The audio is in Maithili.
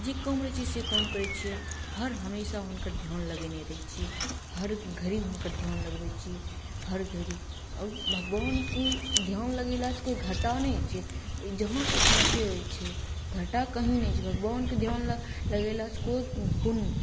जे काम रहय छै से काम करय छियै हर हमेशा हुनकर ध्यान लगेने रहय छियै हर घड़ी हुनकर ध्यान लगबय छियै हर घड़ी आओर भगवानकेँ ध्यान लगेलासँ कोइ घाटा नहि होइ छै ई जहाँ तक नफे होइ छै घाटा कहीँ नहि छै भगवानकेँ ध्यान लगेलासँ कोइ कोन